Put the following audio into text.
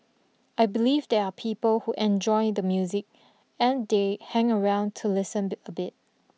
I believe there are people who enjoy the music and they hang around to listen a bit